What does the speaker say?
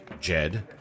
Jed